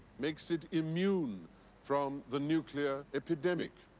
makes it immune from the nuclear epidemic.